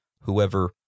whoever